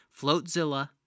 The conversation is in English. Floatzilla